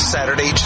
Saturday